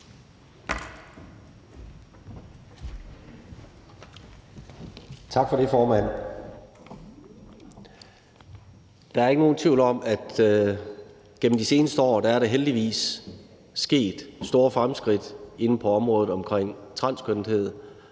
Tak for det, formand. Der er ikke nogen tvivl om, at der gennem de seneste år heldigvis er sket store fremskridt inden for området omkring transkønnethed